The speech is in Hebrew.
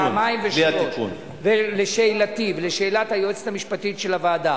ותיכף אתייחס גם לעניין זה.